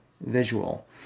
visual